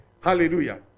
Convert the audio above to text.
Hallelujah